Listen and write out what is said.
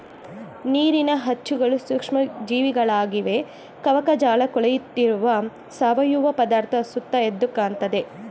ನೀರಿನ ಅಚ್ಚುಗಳು ಸೂಕ್ಷ್ಮ ಜೀವಿಗಳಾಗಿವೆ ಕವಕಜಾಲಕೊಳೆಯುತ್ತಿರುವ ಸಾವಯವ ಪದಾರ್ಥ ಸುತ್ತ ಎದ್ದುಕಾಣ್ತದೆ